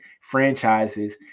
franchises